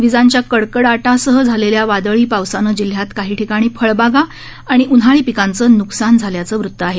विजांच्या कडकडाटासह झालेल्या वादळी पावसाने जिल्ह्यात काही ठिकाणी फळबागा आणि इतर उन्हाळी पिकांचं न्कसान झाल्याचं वृत आहे